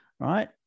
Right